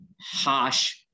harsh